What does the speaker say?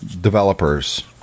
developers